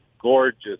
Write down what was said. gorgeous